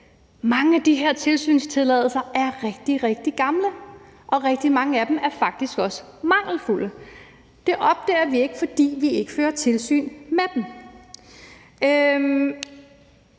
Mange af de her tilslutningstilladelser er rigtig, rigtig gamle, og rigtig mange af dem er faktisk også mangelfulde. Det opdager vi ikke, fordi vi ikke fører tilsyn med dem.